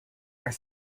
are